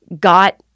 got